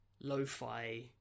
lo-fi